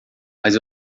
mas